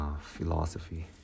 philosophy